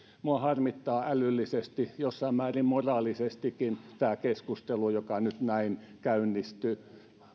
minua harmittaa älyllisesti jossain määrin moraalisestikin tämä keskustelu joka nyt näin käynnistyy